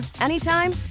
anytime